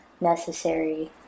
necessary